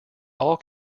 all